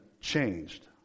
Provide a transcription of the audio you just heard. changed